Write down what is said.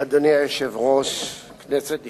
אדוני היושב-ראש, כנסת נכבדה,